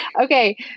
Okay